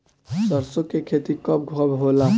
सरसों के खेती कब कब होला?